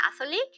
Catholic